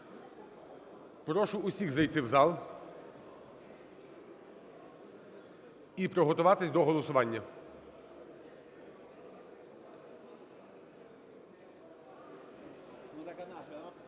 Прошу усіх зайти в зал і приготуватись до голосування.